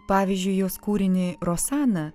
pavyzdžiui jos kūrinį rosana